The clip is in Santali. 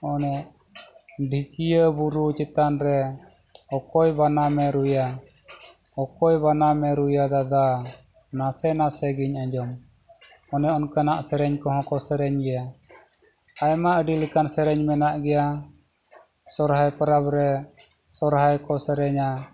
ᱚᱱᱮ ᱰᱷᱤᱠᱤᱭᱟᱹ ᱵᱩᱨᱩ ᱪᱮᱛᱟᱱ ᱨᱮ ᱚᱠᱚᱭ ᱵᱟᱱᱟᱢᱮ ᱨᱩᱭᱟ ᱚᱠᱚᱭ ᱵᱟᱱᱟᱢᱮ ᱨᱩᱭᱟ ᱫᱟᱫᱟ ᱱᱟᱥᱮ ᱱᱟᱥᱮ ᱜᱤᱧ ᱟᱸᱡᱚᱢ ᱚᱱᱮ ᱚᱱᱠᱟᱱᱟᱜ ᱥᱮᱨᱮᱧ ᱠᱚᱦᱚᱸ ᱠᱚ ᱥᱮᱨᱮᱧ ᱜᱮᱭᱟ ᱟᱭᱢᱟ ᱟᱹᱰᱤ ᱞᱮᱠᱟᱱ ᱥᱮᱨᱮᱧ ᱢᱮᱱᱟᱜ ᱜᱮᱭᱟ ᱥᱚᱦᱨᱟᱭ ᱯᱚᱨᱚᱵᱽ ᱨᱮ ᱥᱚᱦᱨᱟᱭ ᱠᱚ ᱥᱮᱨᱮᱧᱟ